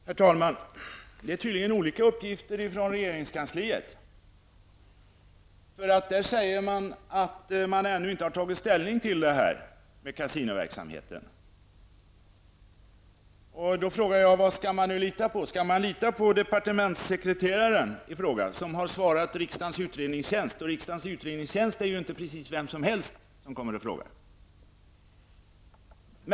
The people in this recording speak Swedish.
Herr talman! Det är tydligen olika uppgifter från regeringskansliet. Där säger man att man ännu inte har tagit ställning till frågan om kasinoverksamheten. Vad skall man nu lita på? Skall man lita på departementssekreteraren, som har svarat riksdagens utredningstjänst, som ju inte precis är vem som helst som kommer och frågar?